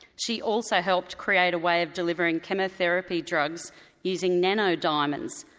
she also helped create a way of delivering chemotherapy drugs using nano-diamonds,